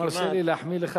תרשה לי להחמיא לך,